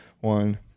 one